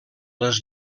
les